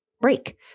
break